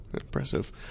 Impressive